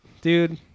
dude